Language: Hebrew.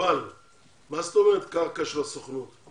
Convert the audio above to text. מה זאת אומרת, קרקע של הסוכנות?